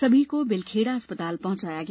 सभी को बेलखेड़ा अस्पताल पहुंचाया गया